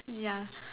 ya